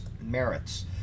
merits